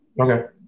Okay